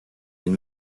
and